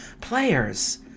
players